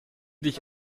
dich